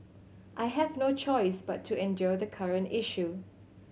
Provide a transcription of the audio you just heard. I have no choice but to endure the current issue